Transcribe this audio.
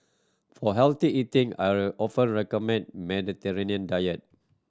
for healthy eating I often recommend Mediterranean diet